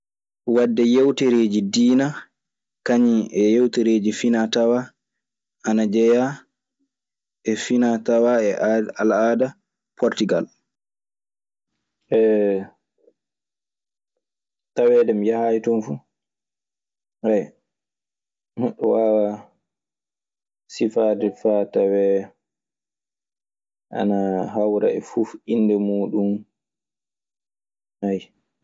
Wadde yewterji dina kaŋum e hewtereji finata ana jeha e finatawa al ada Portigal. Taweede mi yahaayi ton fu neɗɗo waawaa sifaade faa tawee ana hawra e fuf innde muuɗun, ayyo.